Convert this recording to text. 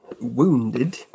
wounded